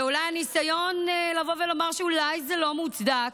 ואולי הניסיון לבוא ולומר שאולי זה לא מוצדק,